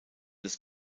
des